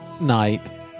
night